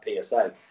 PSA